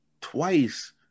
twice